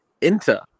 Inter